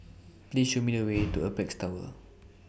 Please Show Me The Way to Apex Tower